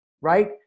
right